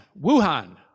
Wuhan